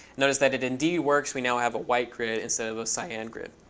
notice that it indeed works. we now have a white grid instead of a cyan grid.